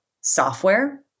software